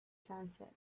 sunset